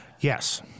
Yes